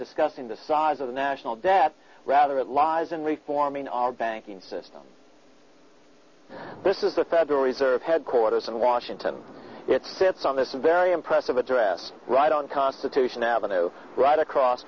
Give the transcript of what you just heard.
discussing the size of the national debt rather it lies in reforming our banking system this is the federal reserve headquarters in washington it sits on this very impressive address right on constitution avenue right across